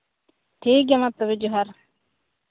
ᱴᱷᱤᱠ ᱜᱮᱭᱟ ᱢᱟ ᱛᱚᱵᱮ ᱡᱚᱦᱟᱨ